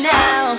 now